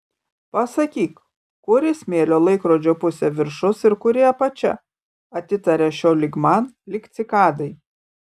pasakyk kuri smėlio laikrodžio pusė viršus ir kuri apačia atitaria šio lyg man lyg cikadai